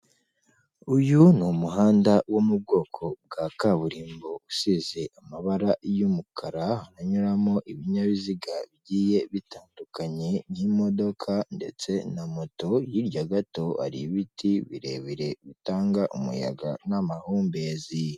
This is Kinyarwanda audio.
Uyu ni umuhanda wo mu bwoko bwa kaburimbo usize amabara y'umukara, anyuramo ibinyabiziga bigiye bitandukanye nk'imodoka, ndetse na moto, hirya gato hari ibiti birebire bitanga umuyaga, n'amahumbezi.